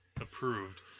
approved